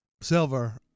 Silver